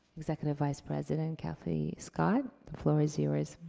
executive vice president kathleen scott, the floor is yours.